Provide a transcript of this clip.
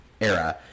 era